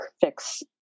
fix